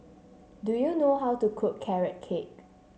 do you know how to cook Carrot Cake